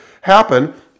happen